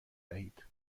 دهید